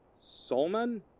Solman